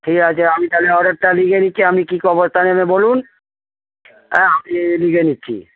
ঠিক আছে আমি তাহলে অর্ডারটা লিখে নিচ্ছি আপনি কী ক বস্তা নেবে বলুন হ্যাঁ আমি লিখে নিচ্ছি